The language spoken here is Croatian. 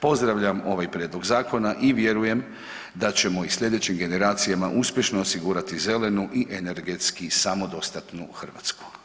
Pozdravljam ovaj Prijedlog zakona i vjerujem da ćemo i sljedećim generacijama uspješno osigurati zelenu i energetski samodostatnu Hrvatsku.